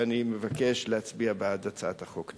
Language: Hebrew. ואני מבקש להצביע בעד הצעת החוק.